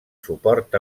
suport